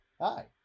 Hi